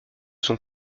son